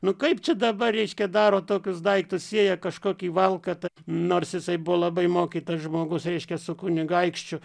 nu kaip čia dabar reiškia daro tokius daiktus sieja kažkokį valkatą nors jisai buvo labai mokytas žmogus reiškia su kunigaikščiu